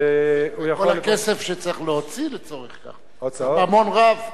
כל הכסף שצריך להוציא לצורך כך, ממון רב.